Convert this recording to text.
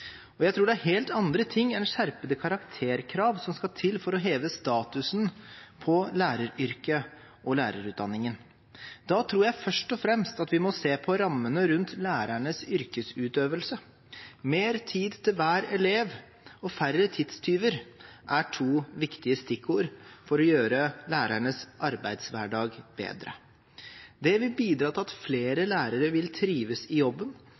nødvendig. Jeg tror det er helt andre ting enn skjerpede karakterkrav som skal til for å heve statusen til læreryrket og lærerutdanningen. Da tror jeg først og fremst at vi må se på rammene rundt lærernes yrkesutøvelse. Mer tid til hver elev og færre tidstyver er to viktige stikkord for å gjøre lærernes arbeidshverdag bedre. Det vil bidra til at flere lærere vil trives i jobben,